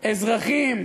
אזרחים?